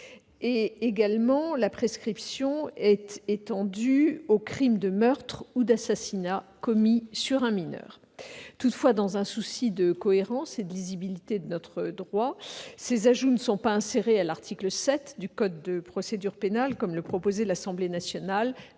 est également étendue aux crimes de meurtre ou d'assassinat commis sur un mineur. Toutefois, dans un souci de cohérence et de lisibilité de notre droit, ces ajouts ne sont pas insérés à l'article 7 du code de procédure pénale, comme le proposait l'Assemblée nationale,